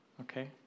okay